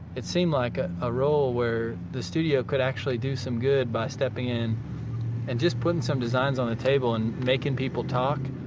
it seemed like a role where the studio could actually do some good by stepping in and just putting some designs on the table and making people talk.